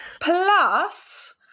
Plus